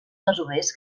masovers